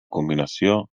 combinació